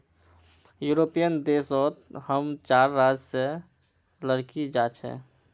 European देश सोत हम चार राज्य से लकड़ी जा छे